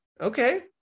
okay